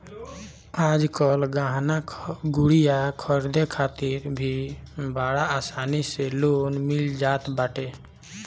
आजकल गहना गुरिया खरीदे खातिर भी बड़ा आसानी से लोन मिल जात बाटे